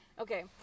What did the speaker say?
Okay